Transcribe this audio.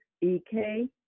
EK